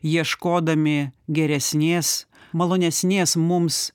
ieškodami geresnės malonesnės mums